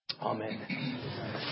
amen